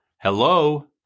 Hello